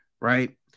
right